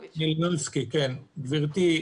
מלינובסקי, אני מרגיש